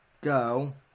go